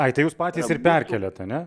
ai tai jūs patys ir perkeliat ane